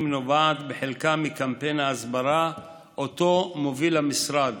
נובעת בחלקה מקמפיין ההסברה שמוביל המשרד,